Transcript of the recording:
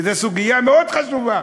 וזו סוגיה מאוד חשובה.